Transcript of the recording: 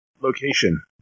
Location